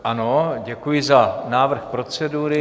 Ano, děkuji za návrh procedury.